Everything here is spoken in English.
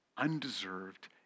undeserved